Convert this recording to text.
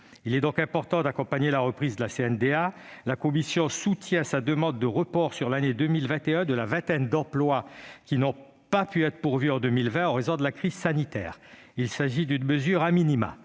Il est donc important d'accompagner la reprise d'activité de la CNDA dont la commission soutient la demande de report à l'année 2021 de la vingtaine d'emplois qui n'ont pu être pourvus en 2020 en raison de la crise sanitaire. Il s'agit d'une mesure Concernant